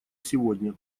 сегодня